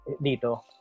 dito